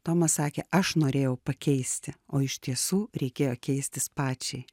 toma sakė aš norėjau pakeisti o iš tiesų reikėjo keistis pačiai